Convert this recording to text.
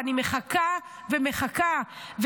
אני מחכה ומחכה,